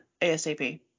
ASAP